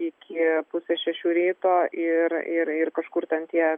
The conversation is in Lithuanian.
iki pusės šešių ryto ir ir ir kažkur ten tie